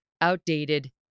outdated